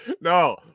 No